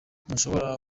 ntushobora